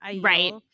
right